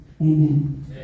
Amen